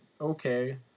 okay